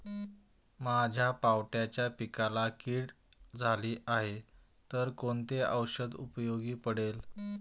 माझ्या पावट्याच्या पिकाला कीड झाली आहे तर कोणते औषध उपयोगी पडेल?